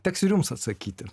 teks ir jums atsakyti